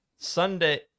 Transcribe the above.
Sunday